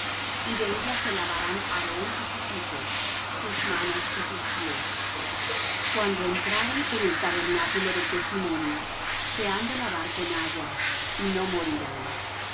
y de ella se lavarán aarón y sus hijos sus manos y sus pies cuando entraren en el tabernáculo del testimonio se han de lavar con agua y no morirán